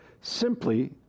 Simply